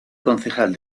concejal